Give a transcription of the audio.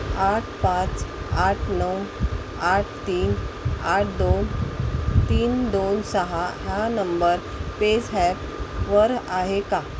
आठ पाच आठ नऊ आठ तीन आठ दोन तीन दोन सहा हा नंबर पेझॅपवर आहे का